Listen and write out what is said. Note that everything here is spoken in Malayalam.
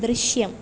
ദൃശ്യം